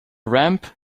ramp